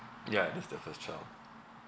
ya this is the first child